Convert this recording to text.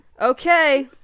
Okay